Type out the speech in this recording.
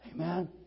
Amen